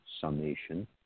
summation